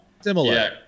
Similar